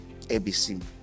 ABC